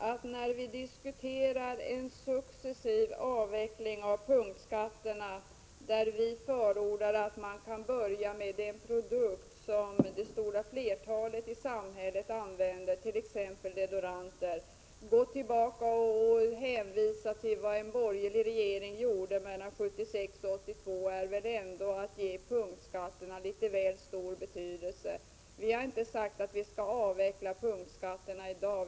Herr talman! Det är väl ändå att ge punktskatterna litet väl stor betydelse att gå tillbaka och hänvisa till vad en borgerlig regering gjorde 1976—1982, när vi nu diskuterar en successiv avveckling av punktskatterna och förordar att man börjar med en produkt som det stora flertalet i samhället använder, t.ex. deodoranter. Vi har inte sagt att vi kan avveckla punktskatterna i dag.